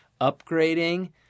upgrading